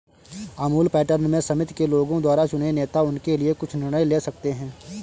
Amul pattern में समिति के लोगों द्वारा चुने नेता उनके लिए कुछ निर्णय ले सकते हैं